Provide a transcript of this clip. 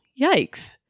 yikes